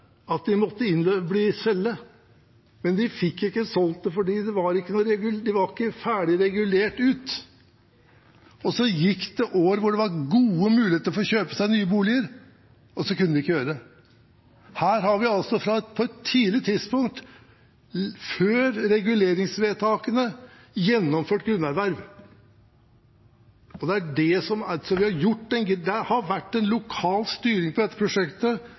at de måtte selge, men de fikk ikke solgt dem fordi de ikke var ferdig regulert ut. Det gikk år hvor det var gode muligheter for å kjøpe seg nye boliger, og så kunne de ikke gjøre det. Her har vi på et tidlig tidspunkt, før reguleringsvedtakene, gjennomført grunnerverv. Så det har vært en lokal styring på dette prosjektet som har bidratt til at dette har kommet så langt som det har,